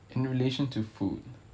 in relation to food